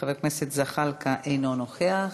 חבר הכנסת זחאלקה, אינו נוכח.